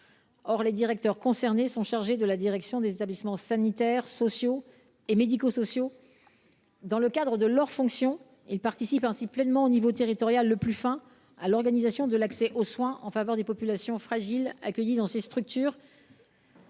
Or les personnes concernées sont chargées de la direction des établissements sanitaires, sociaux et médico sociaux. Dans le cadre de leurs fonctions, ces directeurs participent ainsi pleinement à l’échelon territorial le plus fin à l’organisation de l’accès aux soins en faveur des populations fragiles accueillies dans ces structures.